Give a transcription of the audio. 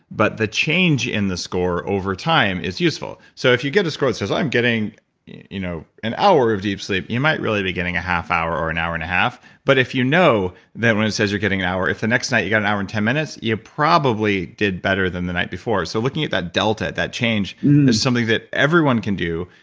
but the change in the score over time is useful. so if you get a score and says, i'm getting you know an hour of deep sleep, you might really be getting a half hour or an hour and a half, but if you know that when it says you're getting an hour, if the next night you got an hour and ten minutes you probably did better than the night before so looking at that delta, that change, is something that everyone can do,